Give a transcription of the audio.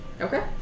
Okay